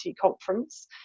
conference